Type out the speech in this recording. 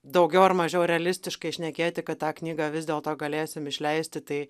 daugiau ar mažiau realistiškai šnekėti kad tą knygą vis dėlto galėsim išleisti tai